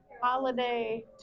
holiday